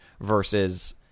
versus